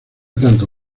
tanto